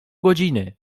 godziny